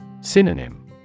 Synonym